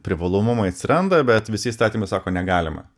privalomumai atsiranda bet visi įstatymai sako negalima